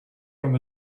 from